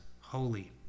holy